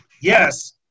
Yes